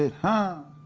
huh